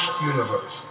universe